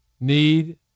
need